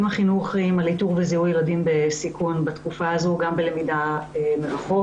החינוכיים על איתור וזיהוי ילדים בסיכון גם בלמידה מרחוק.